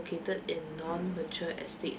located non mature estate